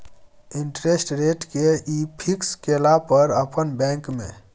Interest rate कि ये fix केला पर अपन बैंक में?